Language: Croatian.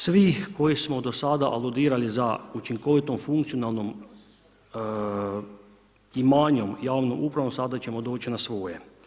Svi koji smo do sada aludirali za učinkovitom funkcionalnom i manjom javnom upravom, sada ćemo doći na svoje.